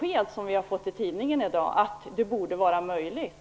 Vad tycker arbetsmarknadsministern, var står hon i just den här frågan?